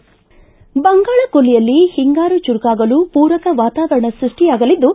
ಬಂಗಾಳಕೊಲ್ಲಿಯಲ್ಲಿ ಹಿಂಗಾರು ಚುರುಕಾಗಲು ಪೂರಕ ವಾತಾವರಣ ಸೃಷ್ಟಿಯಾಗಲಿದ್ದು